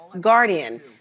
Guardian